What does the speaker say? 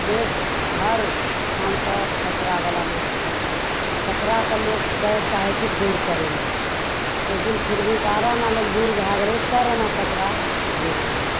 देश हर ठामपर कचरावला लोक छै कचराके लोकके चाहै छै दूर करै ले लेकिन फिर भी बारह आना लोक दूर भै गेलै चारि आना कचरा छेबे कएलै